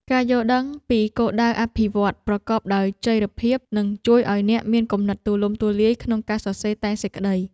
ការយល់ដឹងពីគោលដៅអភិវឌ្ឍន៍ប្រកបដោយចីរភាពនឹងជួយឱ្យអ្នកមានគំនិតទូលំទូលាយក្នុងការសរសេរតែងសេចក្តី។